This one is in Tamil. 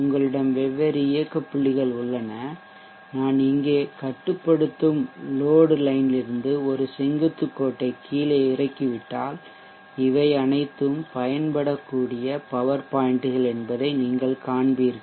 உங்களிடம் வெவ்வேறு இயக்க புள்ளிகள் உள்ளன நான் இங்கே கட்டுப்படுத்தும் லோட்லைன்லிருந்து ஒரு செங்குத்துக் கோட்டைக் கீழே இறக்கிவிட்டால் இவை அனைத்தும் பயன்படக்கூடிய பவர் பாய்ன்ட்கள் என்பதை நீங்கள் காண்பீர்கள்